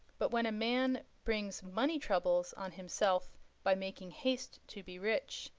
but when a man brings money-troubles on himself by making haste to be rich,